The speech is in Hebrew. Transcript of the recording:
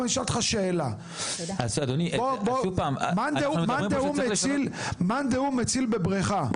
אני אשאל אותך שאלה, מאן דהו מציל בבריכה,